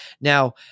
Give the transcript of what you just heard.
now